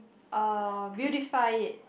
uh beautify it